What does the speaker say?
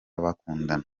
bakundana